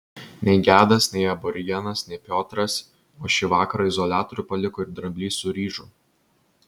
nei gedas nei aborigenas nei piotras o šį vakarą izoliatorių paliko ir dramblys su ryžu